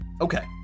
Okay